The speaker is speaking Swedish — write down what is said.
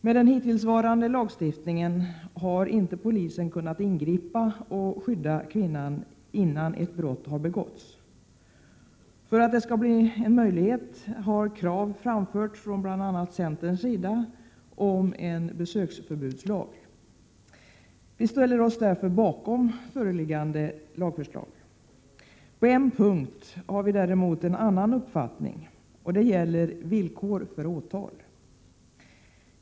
Med den hittillsvarande lagstiftningen har inte polisen kunnat ingripa och skydda kvinnan innan ett brott har begåtts. För att detta skall bli möjligt har det från bl.a. centerns sida framförts krav om en besöksförbudslag. Vi ställer oss därför bakom föreliggande lagförslag. På en punkt har vi däremot en annan uppfattning, och det gäller villkor för åtal.